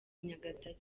nyagatare